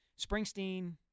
Springsteen